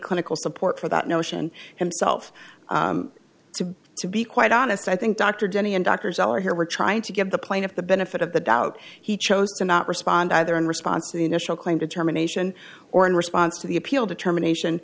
clinical support for that notion and self to to be quite honest i think dr jenny and doctors are here we're trying to give the plaintiff the benefit of the doubt he chose to not respond either in response to the initial claim determination or in response to the appeal determination